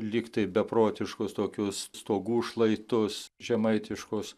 lyg tai beprotiškus tokius stogų šlaitus žemaitiškus